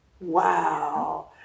Wow